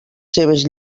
seves